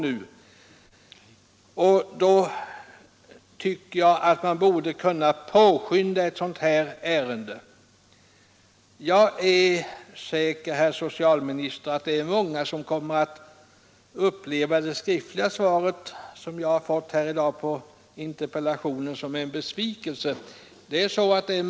Mot denna bakgrund tycker jag att man borde kunna påskynda behandlingen av ärendet. Jag är säker, herr socialminister, på att många kommer att uppleva det skriftliga svar som jag fått i dag på min interpellation som en besvikelse.